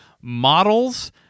models